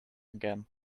again